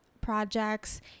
projects